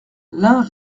l’un